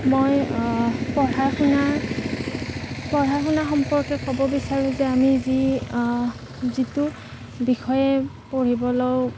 মই পঢ়া শুনা পঢ়া শুনা সম্পৰ্কে ক'ব বিচাৰোঁ যে আমি যি যিটো বিষয়ে পঢ়িব লওঁ